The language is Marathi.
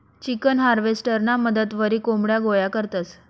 चिकन हार्वेस्टरना मदतवरी कोंबड्या गोया करतंस